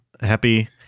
happy